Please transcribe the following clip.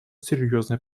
серьезной